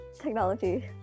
technology